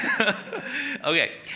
okay